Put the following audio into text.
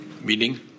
Meaning